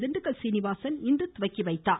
திண்டுக்கல் சீனிவாசன் இன்று துவக்கி வைத்தார்